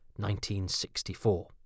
1964